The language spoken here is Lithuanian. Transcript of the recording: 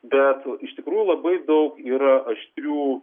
bet iš tikrųjų labai daug yra aštrių